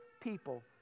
people